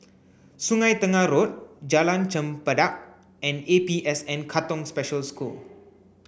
Sungei Tengah Road Jalan Chempedak and APSN Katong Special School